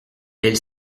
elle